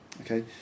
Okay